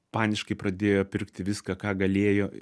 paniškai pradėjo pirkti viską ką galėjo